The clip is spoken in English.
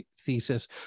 thesis